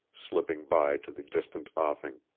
slipping by to the distant offing.